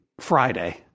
Friday